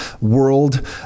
world